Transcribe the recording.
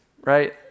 right